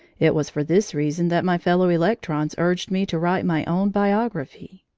it was for this reason that my fellow-electrons urged me to write my own biography.